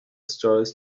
stories